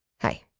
hi